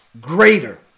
greater